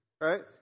Right